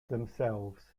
themselves